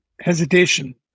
hesitation